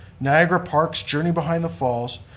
niagara parks journey behind the falls,